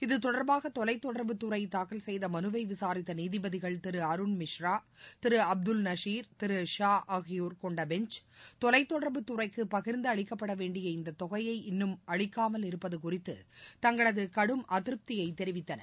இது தொடர்பாக தொலை தொடர்புத்துறை தாக்கல் செய்த மனுவை விசாரித்த நீதிபதிகள் திரு அருண் மிஸ்ரா திரு அப்துல் நஷீர் திரு ஷா ஆகியோர் கொண்ட பெஞ்ச் தொலை தொடர்புத்துறைக்கு பகிர்ந்து அளிக்கபடவேண்டிய இந்த தொகையை இன்னும் அளிக்காமல் இருப்பது குறித்து தங்களது கடும் அதிருப்தியை தெரிவித்தனர்